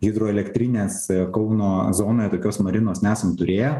hidroelektrinės kauno zonoje tokios marinos nesam turėję